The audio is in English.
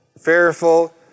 fearful